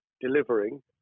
delivering